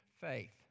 faith